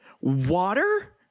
Water